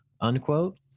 unquote